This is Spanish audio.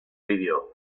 vídeo